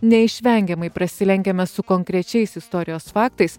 neišvengiamai prasilenkiame su konkrečiais istorijos faktais